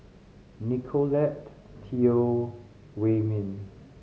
Nicolette Teo Wei Min